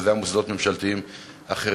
וזה היה מוסדות ממשלתיים אחרים.